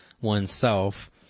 oneself